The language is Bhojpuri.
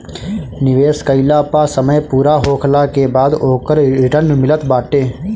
निवेश कईला पअ समय पूरा होखला के बाद ओकर रिटर्न मिलत बाटे